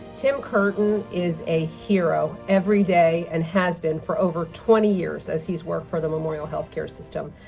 tim curtin is a hero every day and has been for over twenty years as he's worked for the memorial healthcare system.